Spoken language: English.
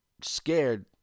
scared